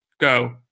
Go